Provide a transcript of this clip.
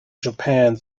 japan